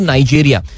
Nigeria